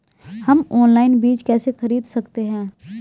हम ऑनलाइन बीज कैसे खरीद सकते हैं?